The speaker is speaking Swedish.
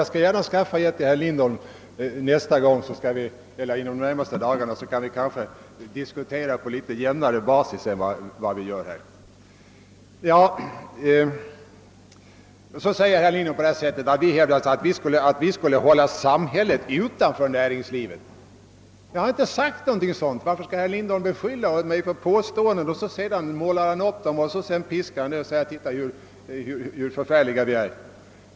Jag skall gärna skaffa ett till herr Lindholm inom de närmaste dagarna, så kanske vi kan diskutera på en jämnare basis än nu. Vidare hävdar herr Lindholm att vi skulle vilja hålla samhället helt utanför näringslivet. Jag har inte sagt någonting sådant. Varför skall herr Lindholm tillskriva mig påståenden som han själv målar upp för att visa hur förfärliga vi är?